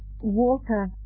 water